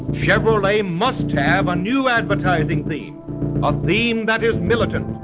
chevrolet must have a new advertising theme a theme that is militant,